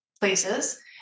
places